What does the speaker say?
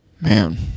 Man